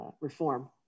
reform